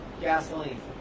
Gasoline